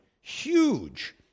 Huge